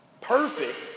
perfect